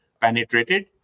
penetrated